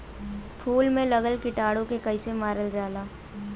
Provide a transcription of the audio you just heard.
फूल में लगल कीटाणु के कैसे मारल जाला?